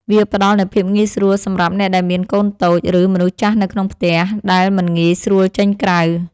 វាផ្ដល់នូវភាពងាយស្រួលសម្រាប់អ្នកដែលមានកូនតូច ឬមនុស្សចាស់នៅក្នុងផ្ទះ ដែលមិនងាយស្រួលចេញក្រៅ។